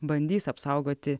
bandys apsaugoti